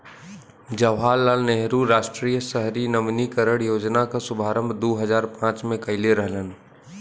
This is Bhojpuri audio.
जवाहर लाल नेहरू राष्ट्रीय शहरी नवीनीकरण योजना क शुभारंभ दू हजार पांच में कइले रहलन